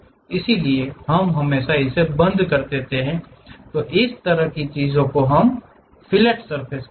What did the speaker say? इसलिए हम हमेशा इसे बंद कर देते हैं इस तरह की चीजों को हम फिलेट सरफेस कहते हैं